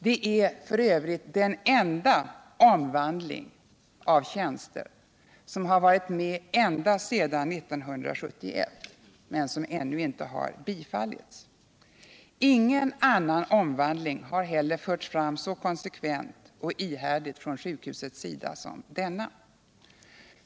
Det är f. ö. det enda förslag till omvandling av tjänst som har varit med ända sedan 1971 men som ännu inte har bifallits. Ingen annan omvandling har heller förts fram så konsekvent och ihärdigt från sjukhuset som denna.